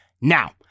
Now